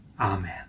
Amen